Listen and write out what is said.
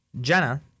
Jenna